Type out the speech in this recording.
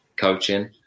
coaching